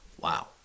Wow